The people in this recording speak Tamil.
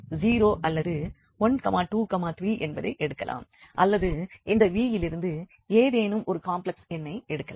0 அல்லது 123 என்பதை எடுக்கலாம் அல்லது இந்த v யிலிருந்து ஏதேனும் ஒரு காம்ப்லெக்ஸ் எண்ணை எடுக்கலாம்